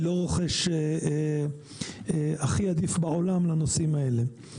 לא הרוכש הכי עדיף בעולם לנושאים האלה.